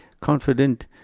confident